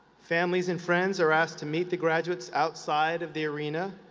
families and friends are asked to meet the graduates outside of the arena.